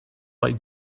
like